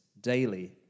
daily